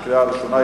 קריאה ראשונה.